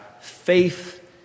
faith